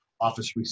Office